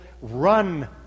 run